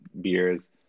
beers